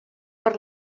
per